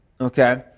okay